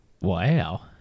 Wow